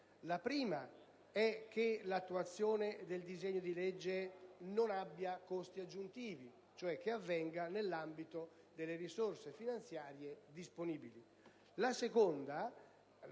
La prima è che l'attuazione del disegno di legge non abbia costi aggiuntivi, cioè che avvenga nell'ambito delle risorse finanziarie disponibili.